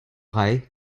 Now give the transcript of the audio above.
rae